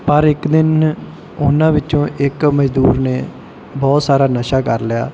ਪਰ ਇੱਕ ਦਿਨ ਉਹਨਾਂ ਵਿੱਚੋਂ ਇੱਕ ਮਜ਼ਦੂਰ ਨੇ ਬਹੁਤ ਸਾਰਾ ਨਸ਼ਾ ਕਰ ਲਿਆ